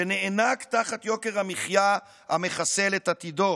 שנאנק תחת יוקר המחיה המחסל את עתידו,